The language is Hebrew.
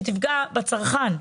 שתפגע בצרכן.